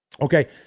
okay